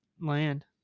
land